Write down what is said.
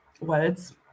words